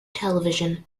television